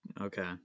okay